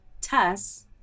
Tess